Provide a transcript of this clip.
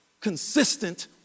consistent